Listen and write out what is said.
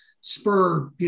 spur